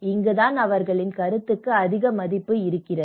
இங்குதான் அவர்களின் கருத்துக்கு அதிக மதிப்பு இருக்கிறது